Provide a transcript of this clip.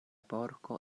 porko